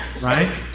right